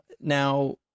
Now